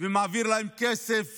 ומעביר להם כסף